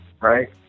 right